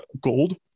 gold